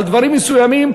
על דברים מסוימים,